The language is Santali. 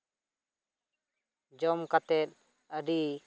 ᱡᱚᱢ ᱠᱟᱛᱮ ᱟᱹᱰᱤ